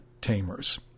tamers